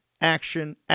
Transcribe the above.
action